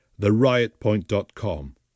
theriotpoint.com